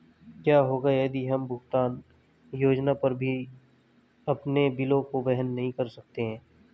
क्या होगा यदि हम भुगतान योजना पर भी अपने बिलों को वहन नहीं कर सकते हैं?